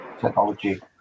technology